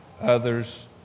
others